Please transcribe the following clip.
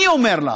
אני אומר לך,